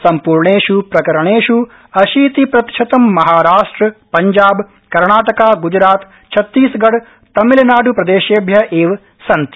सम्पूर्णेषु प्रकरणेषु अशीतिप्रतिशतम् महाराष्ट्र पंजाब कर्णाटका गुजरात छत्तीसगढ तमिलनाड् प्रदेशोभ्य एव सन्ति